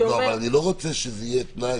שאומר --- אבל אני לא רוצה שזה יהיה תנאי,